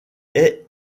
est